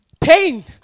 Pain